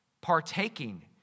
partaking